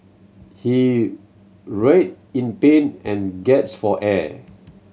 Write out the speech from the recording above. he writhed in pain and gasped for air